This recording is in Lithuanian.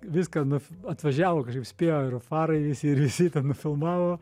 viską nuf atvažiavo kažkaip spėjo ir farai visi ir visi ten nufilmavo